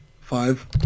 five